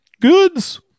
goods